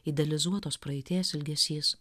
idealizuotos praeities ilgesys